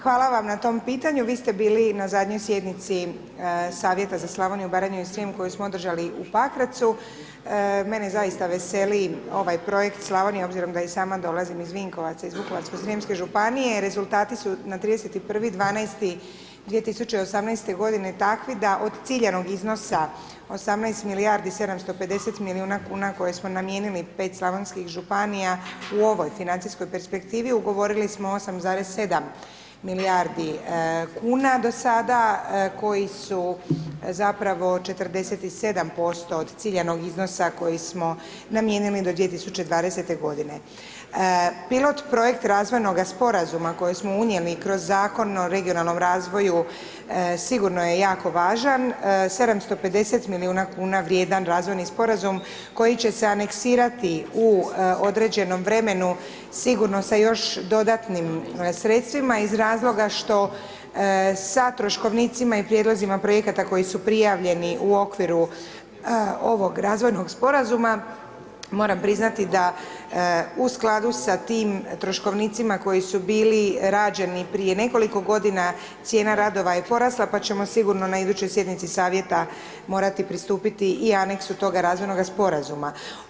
Hvala vam na tom pitanju, vi ste bili na zadnjoj sjednici savjeta za Slavoniju Baranju i Srijem, koju smo održali u Pakracu, mene zaista veseli ovaj projekt Slavonija, obzirom da i sama dolazim iz Vinkovaca, iz Vukovarsko srijemske županije, rezultati su na 31.12.2018. g. takvi da od ciljanog iznosa 18 milijardi 750 milijuna kuna koje smo namijenili 5 slavonskih županija u ovoj financijskoj perspektivi, ugovorili smo 8,7 milijardi kn do sada, koji su zapravo 47% od ciljanog iznosa koji smo namijenili do 2020. g. Pilot projekt razvojnoga sporazuma koji smo unijeli kroz Zakon o regionalnom razvoju sigurno je jako važan, 750 milijuna kn vrijedan razvojni sporazum koji će se aneksirati u određenom vremenu sigurno sa još dodatnim sredstvima iz razloga što sa troškovnicima i prijedlozima projekata koji su prijavljeni u okviru ovog razvojnog sporazuma, moram priznati da u skladu sa tim troškovnicima koji su bili rađeni prije nekoliko godina, cijena radova je porasla pa ćemo sigurno na idućoj sjednici savjeta morati pristupiti i aneksu toga razvojnoga sporazuma.